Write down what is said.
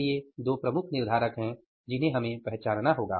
तो ये दो प्रमुख निर्धारक हैं जिन्हें हमें पहचानना होगा